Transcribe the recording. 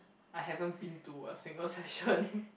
I haven't been to a single session